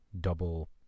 double